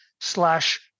slash